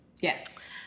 yes